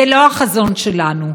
זה לא החזון שלנו.